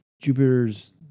Jupiter's